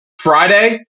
Friday